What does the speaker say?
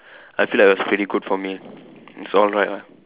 I feel like it was pretty good for me it's alright lah